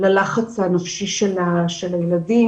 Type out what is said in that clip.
ללחץ הנפשי של הילדים,